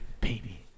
Baby